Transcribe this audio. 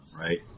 right